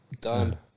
Done